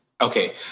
Okay